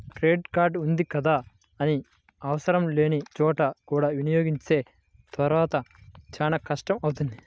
credit card ఉంది కదా అని ఆవసరం లేని చోట కూడా వినియోగిస్తే తర్వాత చాలా కష్టం అవుతుంది